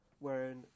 wherein